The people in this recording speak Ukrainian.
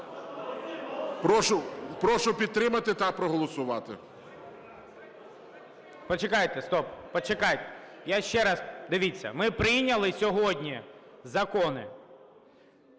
Прошу підтримати та проголосувати.